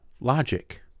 logic